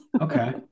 Okay